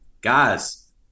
guys